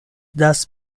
دست